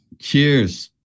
Cheers